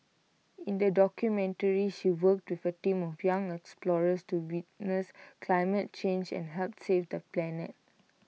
in the documentary she worked with A team of young explorers to witness climate change and help save the planet